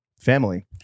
family